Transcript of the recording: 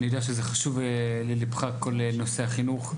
אני יודע שחשוב לליבך כל נושא החינוך.